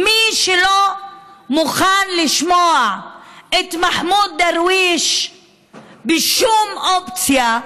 מי שלא מוכן לשמוע את מחמוד דרוויש בשום אופציה,